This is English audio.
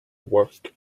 work